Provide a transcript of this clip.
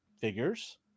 figures